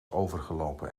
overgelopen